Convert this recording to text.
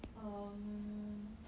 um